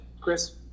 Chris